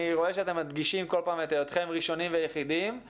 אני רואה שאתם כל פעם מדגישים את היותכם ראשונים ויחידים,